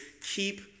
keep